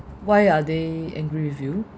why are they angry with you